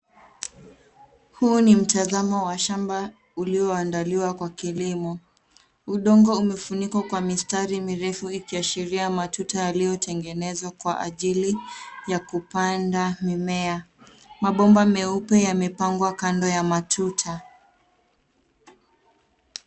Huu ni mtazamo wa shamba ulioandaliwa kwa kilimo. Udongo umefunikwa kwa mistari mirefu ikiashiria matuta yaliyotengenezwa kwa ajili ya kupanda mimea. Mabomba meupe yamepangwa kando ya matuta.